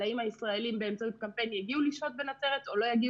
אם ישראלים באמצעות קמפיין יגיעו לשהות בנצרת או לא.